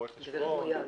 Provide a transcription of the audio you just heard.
רואה חשבון,